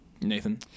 Nathan